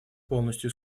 полностью